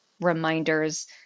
reminders